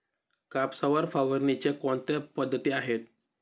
कापसावर फवारणीच्या कोणत्या पद्धती आहेत?